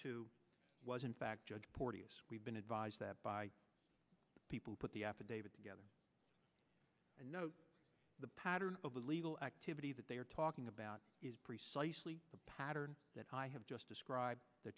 two was in fact judge porteous we've been advised that by people put the affidavit together and note the pattern of illegal activity that they are talking about is precisely the pattern that i have just described th